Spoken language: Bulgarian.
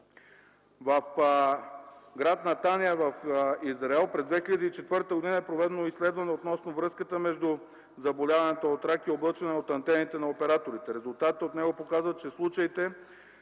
В гр. Натания в Израел през 2004 г. е проведено изследване относно връзката между заболяванията от рак и излъчванията от антените на операторите. Резултатите от него показват, че случаите